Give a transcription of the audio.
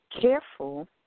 careful